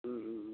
ம் ம்